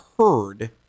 heard